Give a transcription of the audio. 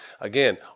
again